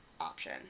option